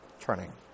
turning